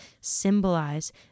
symbolize